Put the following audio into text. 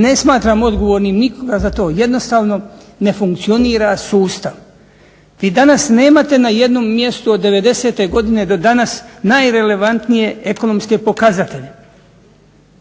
ne smatram odgovornim nikoga za to. Jednostavno ne funkcionira sustav. Vi danas nemate na jednom mjestu od devedesete godine do danas najrelevantnije ekonomske pokazatelje,